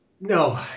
No